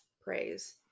Praise